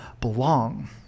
belong